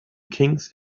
kings